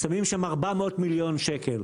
שמים שם 400 מיליון שקל,